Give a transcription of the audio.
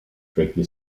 strictly